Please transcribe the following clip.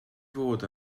fod